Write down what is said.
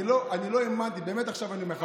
אני לא האמנתי, באמת עכשיו אני אומר לך.